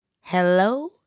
Hello